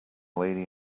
lady